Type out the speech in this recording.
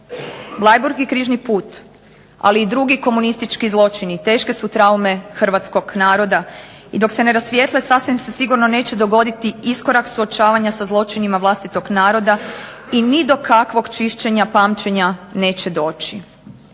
Bleiburg i križni put, ali i drugi komunistički zločini teške su traume hrvatskog naroda, i dok se ne rasvijetle sasvim se sigurno neće dogoditi iskorak suočavanja sa zločinima vlastitog naroda i ni do kakvog čišćenja pamćenja neće doći.